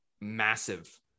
massive